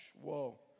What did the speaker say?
whoa